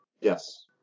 Yes